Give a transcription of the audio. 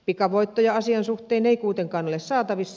pikavoittoja asian suhteen ei kuitenkaan ole saatavissa